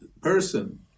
person